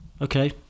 Okay